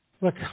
Look